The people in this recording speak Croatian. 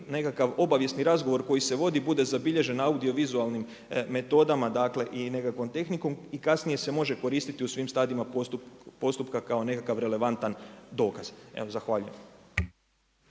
nekakav obavijesni razgovor koji se vodi bude zabilježen audio vizualnim metodama, dakle i nekakvom tehnikom i kasnije se može koristiti u svim stadijima postupka kao nekakav relevantan dokaz. Evo zahvaljujem.